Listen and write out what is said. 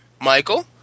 Michael